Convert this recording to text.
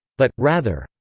but, rather,